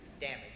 damage